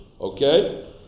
Okay